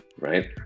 right